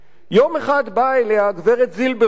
יום אחד באה אליה גברת זילברשטיין